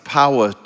power